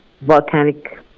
volcanic